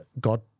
God